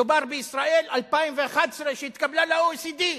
מדובר בישראל 2011 שהתקבלה ל-OECD,